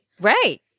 Right